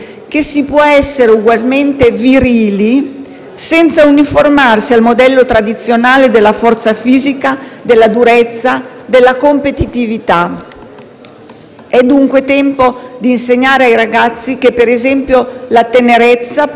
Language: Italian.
senza uniformarsi al modello tradizionale della forza fisica, della durezza e della competitività. È, dunque, tempo di insegnare ai ragazzi che, per esempio, la tenerezza può essere oggi una nuova virtù eroica.